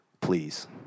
please